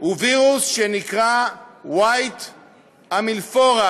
הוא וירוס שנקרא "ווייט אמילפורה",